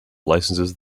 licenses